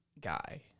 guy